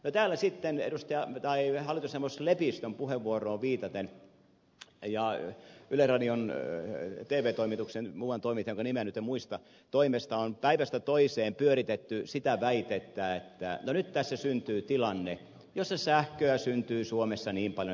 täällä sitten hallitusneuvos lepistön puheenvuoroon viitaten ja yleisradion tv toimituksen erään toimittajan toimesta jonka nimeä nyt en muista on päivästä toiseen pyöritetty sitä väitettä että nyt tässä syntyy tilanne jossa sähköä syntyy suomessa niin paljon että sitä viedään